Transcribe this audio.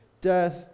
death